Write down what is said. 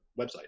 website